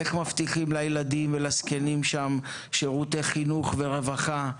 איך מבטיחים לילדים ולזקנים שם שירותי חינוך ורווחה,